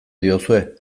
diozue